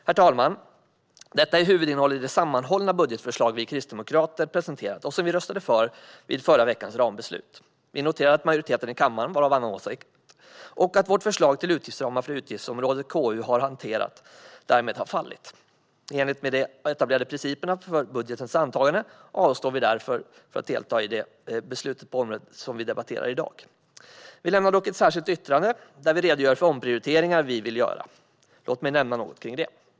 Herr talman! Detta är huvudinnehållet i det sammanhållna budgetförslag vi kristdemokrater har presenterat och som vi röstade för vid förra veckans rambeslut. Vi noterade att majoriteten i kammaren var av annan åsikt och att vårt förslag till utgiftsramar för det utgiftsområde KU har hanterat därmed har fallit. I enlighet med de etablerade principerna för budgetens antagande avstår vi därför från att delta i beslut på det område som vi debatterar i dag. Vi lämnar dock ett särskilt yttrande där vi redogör för omprioriteringar vi vill göra. Låt mig nämna något kring det.